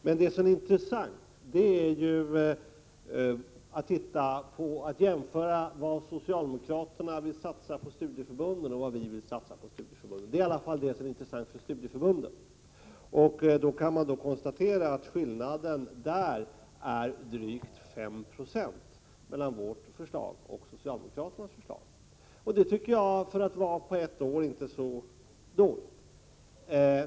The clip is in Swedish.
Men det som är intressant är att jämföra vad socialdemokraterna vill satsa på studieförbunden och vad vi vill satsa på studieförbunden. Detta är i alla fall intressant för studieförbunden. Då kan man konstatera att skillnaden mellan socialdemokraternas och vårt förslag är drygt 5 20. För att vara på ett år tycker jag att det inte är så dåligt.